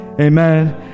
Amen